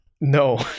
No